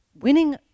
Winning